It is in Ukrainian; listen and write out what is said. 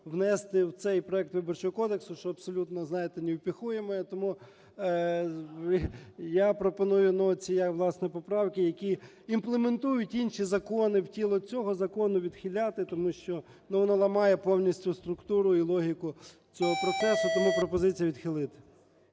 внести в цей проект Виборчого кодексу, що абсолютно, знаєте, невпихуемое. Тому я пропоную, ну, оці, власне, поправки, які імплементують інші закони в тіло цього закону, відхиляти, тому що, ну, воно ламає повністю структуру і логіку цього процесу. Тому пропозиція відхилити.